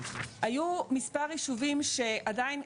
היו מספר ישובים שעדיין,